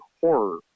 horror